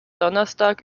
donnerstag